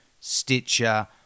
Stitcher